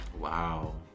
Wow